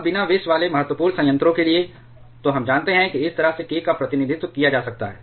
अब बिना विष वाले महत्वपूर्ण संयंत्रों के लिए तो हम जानते हैं कि इस तरह से k का प्रतिनिधित्व किया जा सकता है